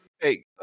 Hey